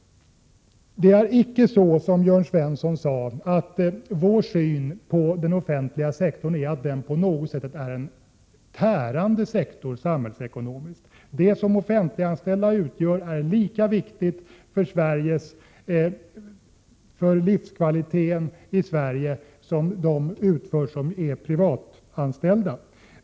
Det är icke så som Jörn Svensson sade, att vi ser den offentliga sektorn som en tärande sektor i samhällsekonomin. Det arbete som de offentliganställda utför är lika viktigt för livskvaliteten i Sverige som det som uträttas av privatanställda.